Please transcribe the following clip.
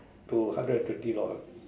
to hundred and twenty dollar